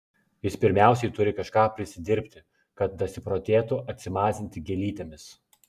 jis pirmiausia turi kažką prisidirbti kad dasiprotėtų atsimazinti gėlytėmis